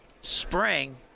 spring